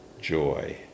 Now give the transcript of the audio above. Joy